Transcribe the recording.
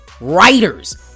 writers